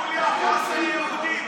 יוליה, מה זה יהודי?